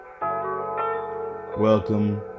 Welcome